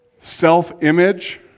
Self-image